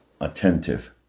attentive